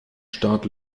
starrt